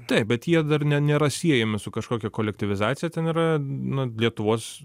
taip bet jie dar ne nėra siejami su kažkokia kolektyvizacija ten yra nu lietuvos